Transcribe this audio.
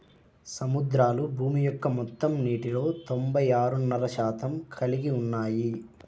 సముద్రాలు భూమి యొక్క మొత్తం నీటిలో తొంభై ఆరున్నర శాతం కలిగి ఉన్నాయి